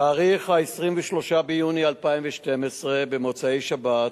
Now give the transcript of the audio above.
בתאריך 23 ביוני 2012, במוצאי-שבת,